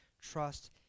trust